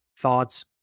thoughts